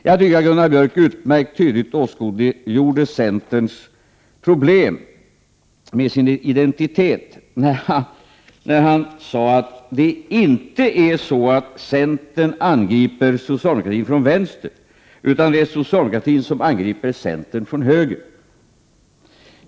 Gunnar Björk åskådliggjorde utmärkt tydligt centerns problem med sin identitet när han sade att det inte är så att centern angriper socialdemokratin från vänster utan att det är socialdemokratin som angriper centern från höger.